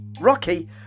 Rocky